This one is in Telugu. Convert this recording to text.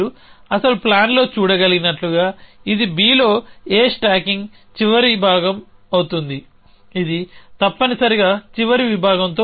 మీరు అసలు ప్లాన్లో చూడగలిగినట్లుగా ఇది Bలో A స్టాకింగ్ చివరి విభాగం అవుతుంది ఇది తప్పనిసరిగా చివరి విభాగంతో ఉంటుంది